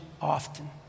often